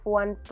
one